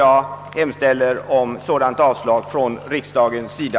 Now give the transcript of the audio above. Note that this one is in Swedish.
Jag hemställer till kammaren att avslå denna framställning.